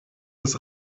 des